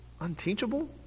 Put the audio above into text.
Unteachable